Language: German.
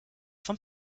vom